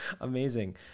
Amazing